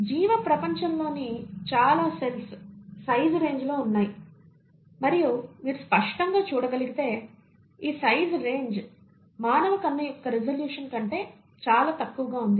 జీవ ప్రపంచంలోని చాలా సెల్స్ సైజు రేంజ్ లో ఉన్నాయి మరియు మీరు స్పష్టంగా చూడగలిగితే ఈ సైజు రేంజ్ మానవ కన్ను యొక్క రిజల్యూషన్ కంటే చాలా తక్కువగా ఉంది